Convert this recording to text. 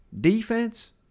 defense